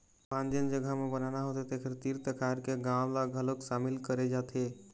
बांध जेन जघा म बनाना होथे तेखर तीर तखार के गाँव ल घलोक सामिल करे जाथे